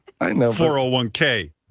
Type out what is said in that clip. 401k